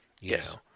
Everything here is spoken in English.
Yes